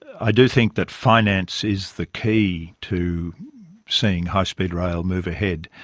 i do think that finance is the key to seeing high speed rail move ahead.